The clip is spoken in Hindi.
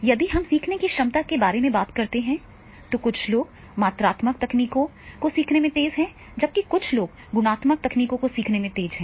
यदि हम सीखने की क्षमता के बारे में बात करते हैं तो कुछ लोग मात्रात्मक तकनीकों को सीखने में तेज हैं जबकि कुछ गुणात्मक तकनीकों को सीखने में तेज हैं